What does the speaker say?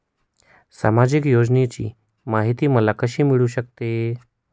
सामाजिक योजनांची माहिती मला कशी मिळू शकते?